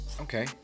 Okay